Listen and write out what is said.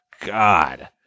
god